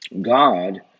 God